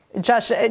Josh